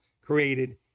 created